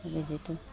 বেজীটো